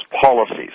policies